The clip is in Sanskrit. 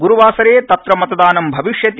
ग्रूवासरे तत्र मतदानं भविष्यति